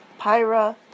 Pyra